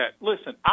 Listen